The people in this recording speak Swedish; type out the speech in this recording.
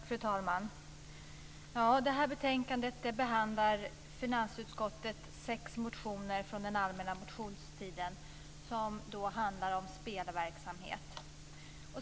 Fru talman! I det här betänkandet behandlar finansutskottet sex motioner från den allmänna motionstiden som handlar om spelverksamhet.